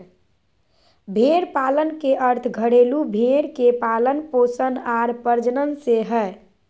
भेड़ पालन के अर्थ घरेलू भेड़ के पालन पोषण आर प्रजनन से हइ